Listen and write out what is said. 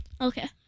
Okay